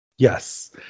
Yes